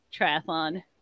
triathlon